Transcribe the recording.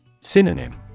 Synonym